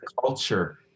culture